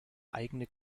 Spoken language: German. eigene